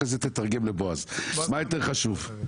אחרי זה תתרגם לבועז מה יותר חשוב,